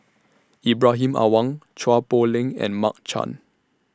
Ibrahim Awang Chua Poh Leng and Mark Chan